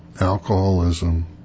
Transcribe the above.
alcoholism